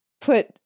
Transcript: put